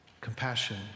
compassion